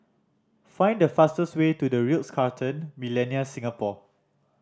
find the fastest way to The Ritz Carlton Millenia Singapore